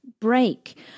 break